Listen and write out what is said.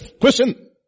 Question